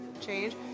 change